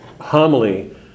homily